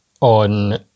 on